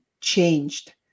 changed